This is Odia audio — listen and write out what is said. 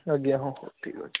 ଆଜ୍ଞା ହଁ ହଁ ଠିକ୍ ଅଛି